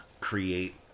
create